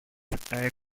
arctic